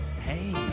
Hey